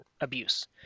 abuse